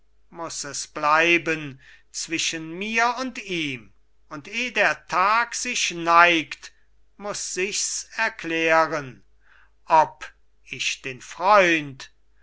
muß es bleiben zwischen mir und ihm und eh der tag sich neigt muß sichs erklären ob ich den freund